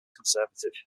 conservative